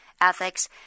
ethics